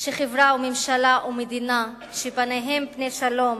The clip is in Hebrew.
שחברה וממשלה ומדינה שפניהן פני שלום